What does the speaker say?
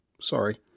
Sorry